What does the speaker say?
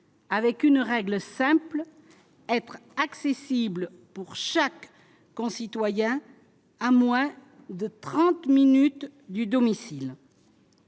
avec une règle simple : être accessibles pour chaque concitoyen à moins de 30 minutes du domicile.